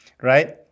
right